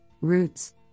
Roots